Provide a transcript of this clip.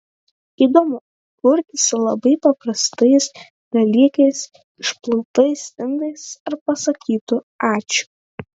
įdomu kurti su labai paprastais dalykais išplautais indais ar pasakytu ačiū